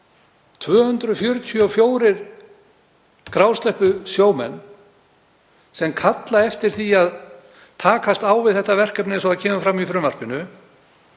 244 grásleppusjómenn kalla eftir því að takast á við þetta verkefni eins og það kemur fram í frumvarpinu